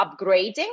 upgrading